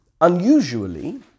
unusually